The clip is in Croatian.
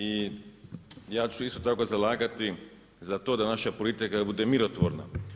I ja ću se isto tako zalagati za to naša politika bude mirotvorna.